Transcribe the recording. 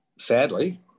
sadly